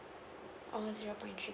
oo zero point three